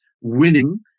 winning